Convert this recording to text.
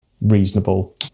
reasonable